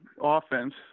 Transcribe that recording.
offense